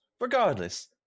regardless